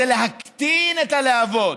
אלא להקטין את הלהבות,